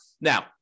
Now